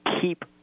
keep –